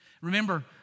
Remember